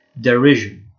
derision